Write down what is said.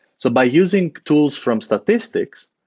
so by using tools from statistics,